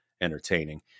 entertaining